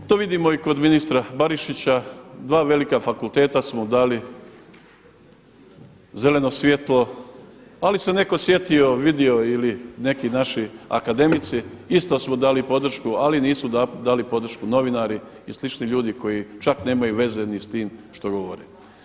To vidimo i kod ministra Barišića, dva velika fakulteta su mu dali zeleno svjetlo ali se netko sjetio, vidio ili neki naši akademici isto su dali podršku ali nisu dali podršku novinari i slični ljudi koji čak nemaju veze ni s tim što govore.